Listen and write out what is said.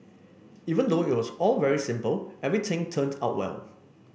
even though it was all very simple everything turned out well